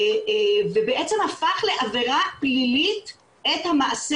ובעצם זה הפך לעבירה פלילית את המעשה